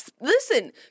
listen